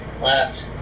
left